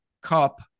Cup